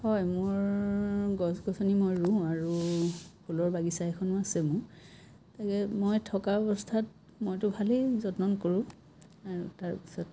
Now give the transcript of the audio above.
হয় মোৰ গছ গছনি মই ৰুওঁ আৰু ফুলৰ বাগিচা এখনো আছে মোৰ তাকে মই থকা অৱস্থাত মইটো ভালেই যতন কৰোঁ আৰু তাৰপিছত